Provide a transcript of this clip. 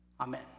Amen